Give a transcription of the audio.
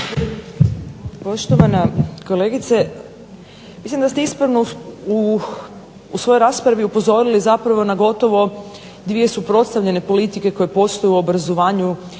Poštovana kolegice, mislim da ste ispravno u svojoj raspravi upozorili na gotovo dvije suprotstavljene politike koje postoje u obrazovanju